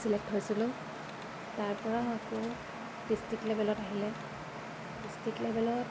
select হৈছিলোঁ তাৰ পৰাও আকৌ ডিষ্ট্ৰিক্ট লেভেলত আহিলে ডিষ্ট্ৰিক্ট লেভেলত